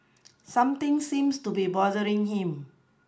something seems to be bothering him